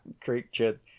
creature